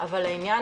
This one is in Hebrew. אבל העניין